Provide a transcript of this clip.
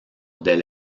del